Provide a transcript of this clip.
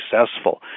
successful